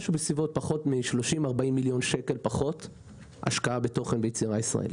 פחות מ-40-30 מיליון שקל השקעה בתוכן ביצירה ישראלית.